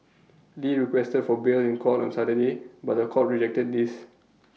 lee requested for bail in court on Saturday but The Court rejected this